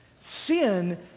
Sin